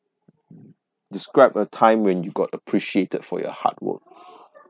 describe a time when you got appreciated for your hard work